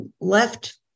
left